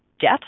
death